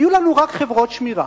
יהיו לנו רק חברות שמירה.